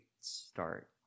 start